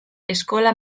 eskola